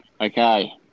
Okay